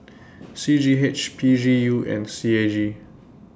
C G H P G U and C A G